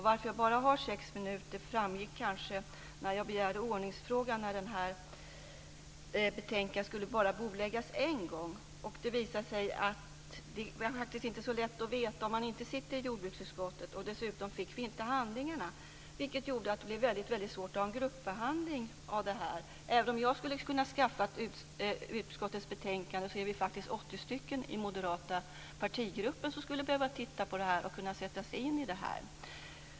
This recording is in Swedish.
Varför jag har bara sex minuter till mitt förfogande framgick kanske när jag begärde ordningsfråga när detta betänkande skulle bordläggas bara en gång. Det är inte så lätt att veta om man inte sitter i jordbruksutskottet. Dessutom fick vi inte handlingarna, vilket gjorde att det blev mycket svårt att ha en gruppbehandling av detta. Även om jag skulle ha kunnat skaffa utskottets betänkande är vi faktiskt 80 personer i den moderata partigruppen som skulle behöva sätta sig in i detta.